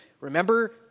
Remember